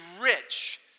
rich